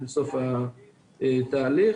לא, אני אמרתי את התקציבים.